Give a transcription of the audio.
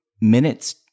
minutes